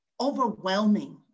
overwhelming